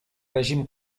règim